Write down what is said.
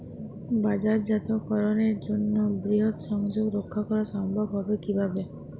বাজারজাতকরণের জন্য বৃহৎ সংযোগ রক্ষা করা সম্ভব হবে কিভাবে?